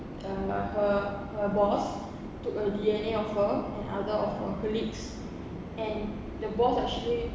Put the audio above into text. uh her her boss took a D_N_A of her and other of her colleagues and the boss actually